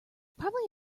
probably